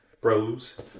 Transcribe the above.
bros